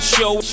Show